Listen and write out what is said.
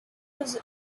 was